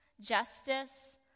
justice